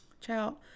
ciao